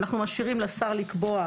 אנחנו משאירים לשר לקבוע,